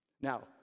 Now